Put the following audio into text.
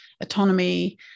autonomy